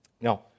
now